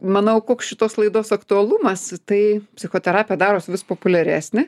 manau koks šitos laidos aktualumas tai psichoterapija darosi vis populiaresnė